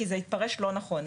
כי זה התפרש לא נכון.